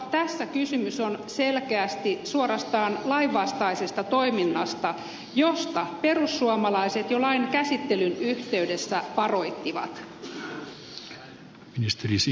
tässä kysymys on selkeästi suorastaan lainvastaisesta toiminnasta josta perussuomalaiset jo lain käsittelyn yhteydessä varoittivat